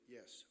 Yes